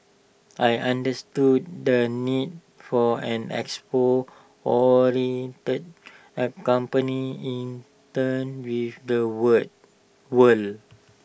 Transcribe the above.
I understood the need for an export oriented A company in turn with the world world